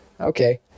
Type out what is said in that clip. okay